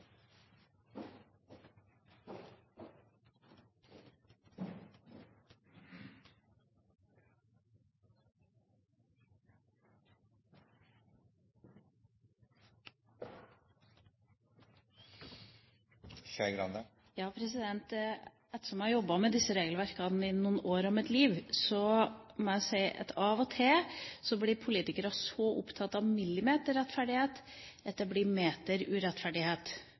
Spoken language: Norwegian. har jobbet med disse regelverkene i noen år av mitt liv, må jeg si at av og til blir politikere så opptatt av millimeterrettferdighet at det blir